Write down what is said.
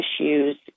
issues